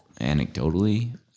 anecdotally